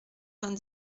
vingt